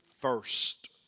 first